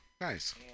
Nice